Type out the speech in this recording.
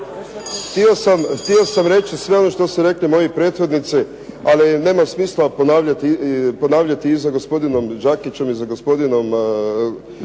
htio reći sve ovo što su rekli moji prethodnici, ali nema smisla ponavljati i za gospodinom Đakićem i za gospodinom